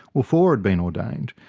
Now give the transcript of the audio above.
well four had been ordained.